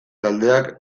taldeak